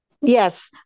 Yes